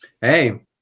Hey